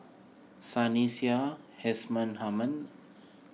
Sunny Sia Husman Aman